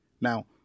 Now